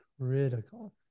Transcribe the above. critical